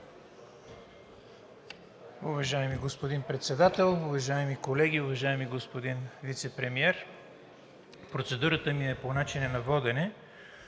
Уважаеми господин Председател, уважаеми колеги, уважаеми господин Вицепремиер! Процедурата ми е по начина на водене.